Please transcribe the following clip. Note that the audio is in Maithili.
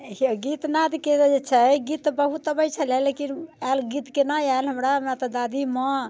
देखिऔ गीत नादके जे छै गीत बहुत अबैत छलैया लेकिन आयल गीत केना आयल हमरा हमरा तऽ दादी माँ